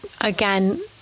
again